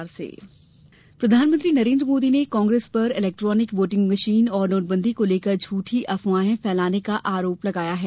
मोदी प्रधानमंत्री नरेन्द्र मोदी ने कांग्रेस पर इलेक्ट्रॉनिक वोटिंग मशीन और नोटबंदी को लेकर झूठी अफवाहें फैलाने का आरोप लगाया है